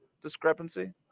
discrepancy